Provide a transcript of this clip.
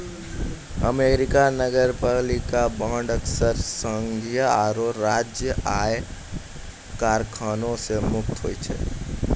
America नगरपालिका bond अक्सर संघीय आरो राज्य आय कराधानो से मुक्त होय छै